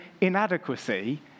inadequacy